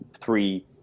three